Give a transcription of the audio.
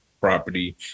property